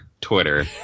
Twitter